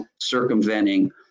circumventing